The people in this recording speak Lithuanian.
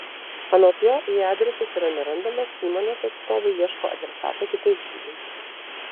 anot jo jei adresas yra nerandamas įmonės atstovai ieško adresato kitais būdais